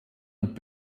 und